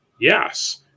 yes